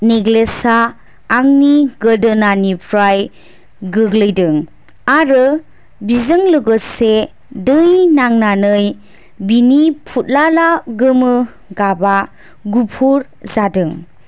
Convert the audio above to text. necklace आ आंनि गोदोनानिफ्राय गोग्लैदों आरो बेजों लोगोसे दै नांनानै बेनि फुदलाला गोमो गाबआ गुफुर जादों